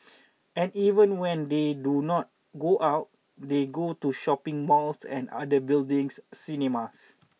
and even when they do not go out they go to shopping malls and other buildings cinemas